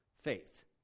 faith